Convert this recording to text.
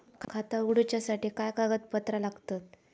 खाता उगडूच्यासाठी काय कागदपत्रा लागतत?